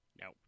No